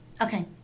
Okay